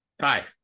Hi